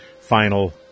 final